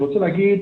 אני רוצה להגיד